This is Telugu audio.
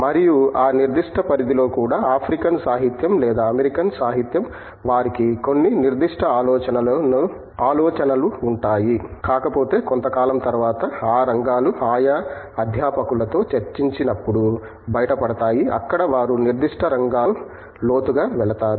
మరియు ఆ నిర్దిష్ట పరిధిలో కూడా ఆఫ్రికన్ సాహిత్యం లేదా అమెరికన్ సాహిత్యం వారికి కొన్ని నిర్దిష్ట ఆలోచనలు ఉంటాయి కాకపోతే కొంతకాలం తర్వాత ఆ రంగాలు ఆయా అధ్యాపకులతో చర్చించినప్పుడు బయటపడతాయి అక్కడ వారు నిర్దిష్ట రంగాలో లోతుగా వెళతారు